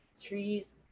Trees